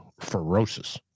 ferocious